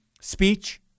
Speech